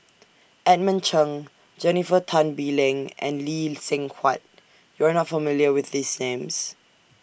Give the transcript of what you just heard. Edmund Cheng Jennifer Tan Bee Leng and Lee Seng Huat YOU Are not familiar with These Names